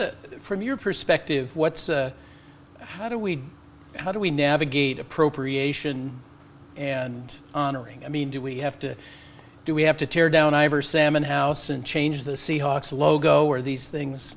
it from your perspective what's how do we how do we navigate appropriation and honoring i mean do we have to do we have to tear down ever salmon house and change the seahawks logo where these things